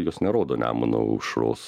jos nerodo nemuno aušros